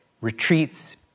retreats